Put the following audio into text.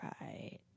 Right